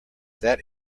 that